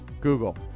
Google